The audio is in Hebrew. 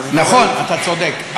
נכון, אתה צודק.